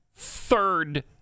third